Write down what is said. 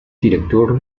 director